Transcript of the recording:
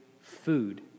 food